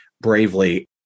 Bravely